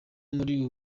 muri